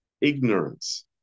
ignorance